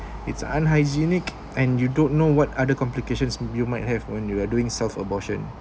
it's unhygienic and you don't know what other complications you might have when you're doing self abortion